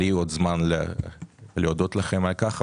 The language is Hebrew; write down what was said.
ועוד יהיה לי זמן להודות לכם על כך.